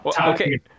Okay